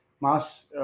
mass